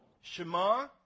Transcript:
Shema